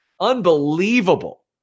Unbelievable